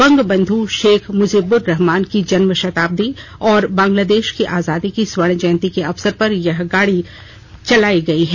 बंगबंध शेख मुजीबुर्रहमान की जन्म शताब्दी और बंगलादेश की आजादी के स्वर्ण जयंती के अवसर पर यह यात्री गाड़ी चलाई गई है